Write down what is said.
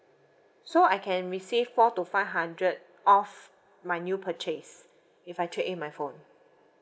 so I can receive four to five hundred off my new purchase if I trade in my phone